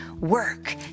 work